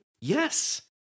Yes